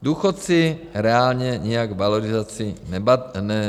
Důchodci reálně nějak s valorizací nebohatnou.